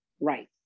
Right